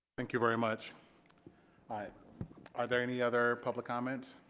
thank you very much i are there any other public comments?